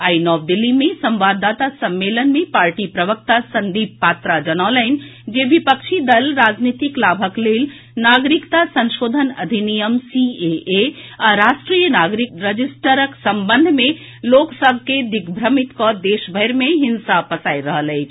आई नव दिल्ली मे संवाददाता सम्मेलन मे पार्टी प्रवक्ता संदीप पात्रा जनौलनि जे विपक्षी दल राजनीतिक लाभक लेल नागरिकता संशोधन अधिनियम सीएए आ राष्ट्रीय नागरिक रजिस्टरक संबंध मे लोक सभ के दिग्भ्रमित कऽ देशभरि मे हिंसा पसारि रहल अछि